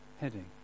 heading